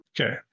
Okay